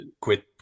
quit